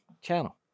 channel